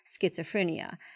schizophrenia